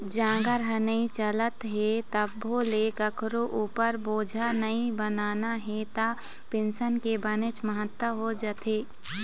जांगर ह नइ चलत हे तभो ले कखरो उपर बोझा नइ बनना हे त पेंसन के बनेच महत्ता हो जाथे